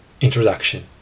Introduction